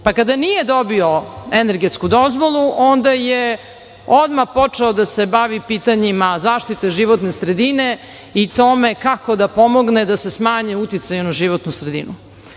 Kada nije dobio energetsku dozvolu, onda je odmah počeo da se bavi pitanjima zaštite životne sredine i time kako da pomogne da se smanji uticaj na životnu sredinu. Sve